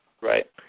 Right